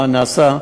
מה נעשה,